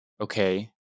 okay